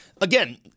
Again